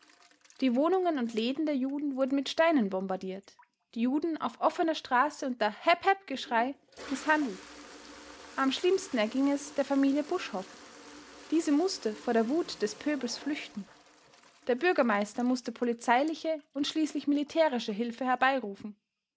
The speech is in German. die wohnungen und läden der juden wurden mit steinen bombardiert die juden auf offener straße unter hepp hepp geschrei mißhandelt am schlimmsten erging es der familie buschhoff diese mußte vor der wut des pöbels flüchten der bürgermeister mußte polizeiliche und schließlich militärische hilfe herbeirufen